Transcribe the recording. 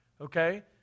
okay